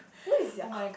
where is your